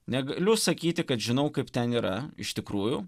negaliu sakyti kad žinau kaip ten yra iš tikrųjų